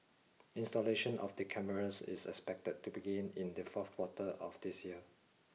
installation of the cameras is expected to begin in the fourth quarter of this year